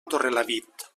torrelavit